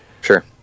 Sure